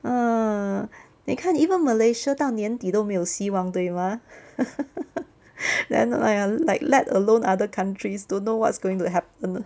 ah 你看 even malaysia 到年底都没有希望对吗 like let alone other countries don't know what's going to happen